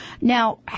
Now